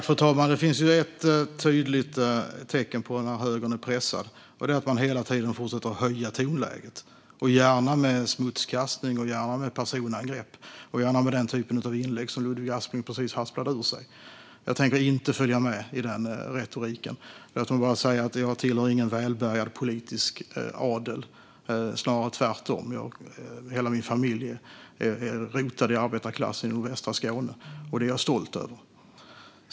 Fru talman! Det finns ett tydligt tecken på när högern är pressad. Det är att man hela tiden fortsätter att höja tonläget, gärna med smutskastning, personangrepp och den typ av inlägg som Ludvig Aspling precis hasplade ur sig. Jag tänker inte följa med i den retoriken. Låt mig bara säga att jag inte tillhör någon välbärgad politisk adel, snarare tvärtom. Hela min familj är rotad i arbetarklassen i nordvästra Skåne, och det är jag stolt över.